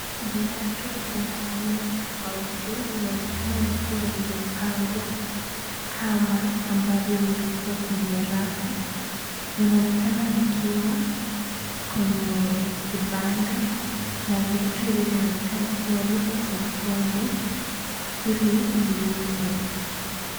Viatu vya aina tofauti vinaonekana vikiwa vimepangwa kama ambavyo vipo kwenye rafu. Vinaonekana vikiwa kwenye kibanda na viatu hivi vinaonekana kuwa viko sokoni ili viuzwe.